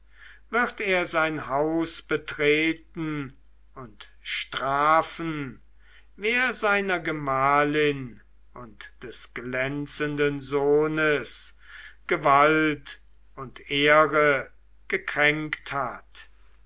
wird er sein haus betreten und strafen wer seiner gemahlin und des glänzenden sohnes gewalt und ehre gekränkt hat